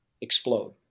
explode